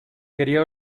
quería